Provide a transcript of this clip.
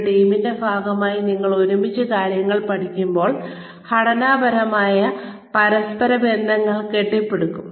ഒരു ടീമിന്റെ ഭാഗമായി നിങ്ങൾ ഒരുമിച്ച് കാര്യങ്ങൾ പഠിക്കുമ്പോൾ ഘടനാപരമായ പരസ്പര ബന്ധങ്ങൾ കെട്ടിപ്പടുക്കും